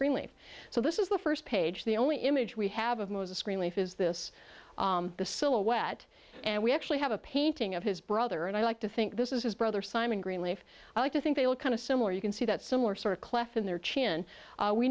greenly so this is the first page the only image we have of moses greenleaf is this the silhouette and we actually have a painting of his brother and i like to think this is his brother simon greenleaf i like to think they were kind of similar you can see that similar sort of clef in their chin